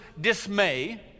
dismay